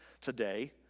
today